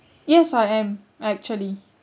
yes I am actually